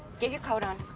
get your coat on.